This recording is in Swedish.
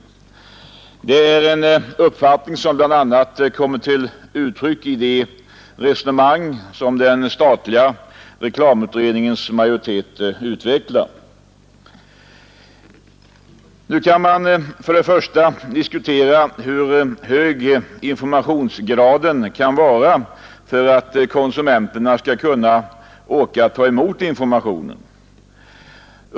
Det är en uppfattning som bl.a. kommer till uttryck i de resonemang som den statliga reklamutredningens majoritet utvecklar. Nu kan man för det första diskutera hur hög informationsgraden får vara för att konsumenterna skall orka ta emot informationen.